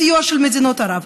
בסיוע של מדינות ערב,